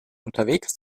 unterwegs